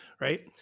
right